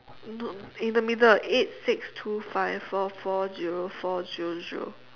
no in the middle eight six two five four four zero four zero zero